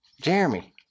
Jeremy